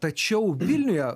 tačiau vilniuje